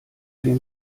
den